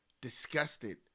disgusted